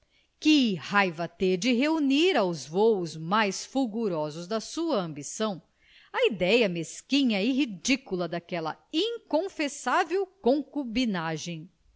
que raiva ter de reunir aos vôos mais fulgurosos da sua ambição a idéia mesquinha e ridícula daquela inconfessável concubinagem e